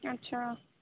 اچھا